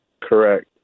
Correct